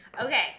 Okay